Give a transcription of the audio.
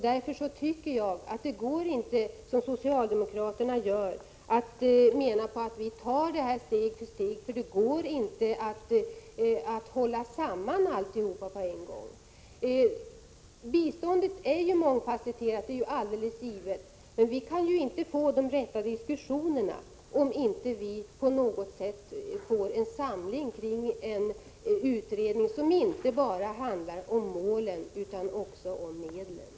Därför tycker jag att det inte går att, som socialdemokraterna menar, ta steg för steg med motiveringen att det inte skulle gå att hålla samman alltihop på en gång. Biståndet är mångfasetterat, det är alldeles givet. Men vi kan inte få de rätta diskussionerna, om vi inte på något sätt får en samling kring en utredning, som inte bara handlar om målen utan också om medlen.